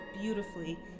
beautifully